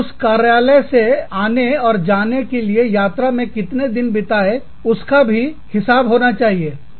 उस कार्यालय से आने और जाने के लिए यात्रा में कितने दिन बिताए हैं उसका भी लेखा हिसाब होना चाहिए